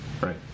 Right